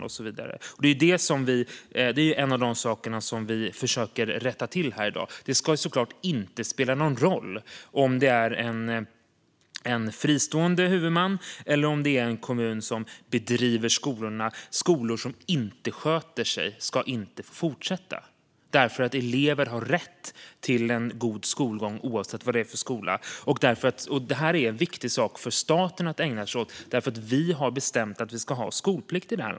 Det här är en av de saker vi försöker rätta till i dag. Det ska såklart inte spela någon roll om det är en fristående huvudman eller en kommun som driver skolorna. Skolor som inte sköter sig ska inte få fortsätta eftersom elever har rätt till en god skolgång oavsett skola. Det här är en viktig sak för staten att ägna sig åt eftersom staten har bestämt att Sverige ska ha skolplikt.